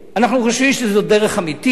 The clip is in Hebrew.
אנחנו חושבים שזו דרך אמיתית.